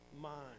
mind